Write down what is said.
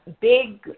big